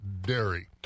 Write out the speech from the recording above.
Dairy